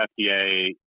FDA